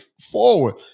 forward